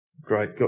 great